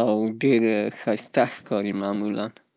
او ډیر ښایسته ښکاري معمولاً.